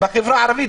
בחברה הערבית,